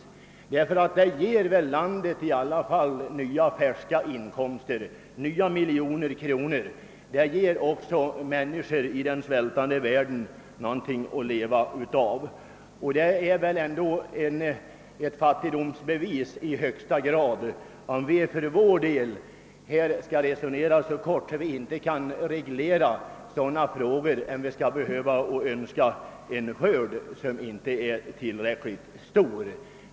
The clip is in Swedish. En sådan försäljning ger i alla fall landet ytterligare miljoner kronor i inkomst. En bra skörd ger också människor i den svältande världen någonting att leva av. Det är väl ändå ett fattigdomsbevis om vi inte kan reglera sådana saker på annat sätt än genom att önska en skörd som inte är tillräckligt stor.